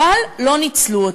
אבל לא ניצלו אותם.